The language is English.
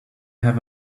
have